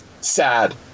Sad